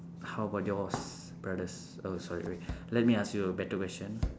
how about yours brothers oh sorry wait let me ask you a better question